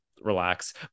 relax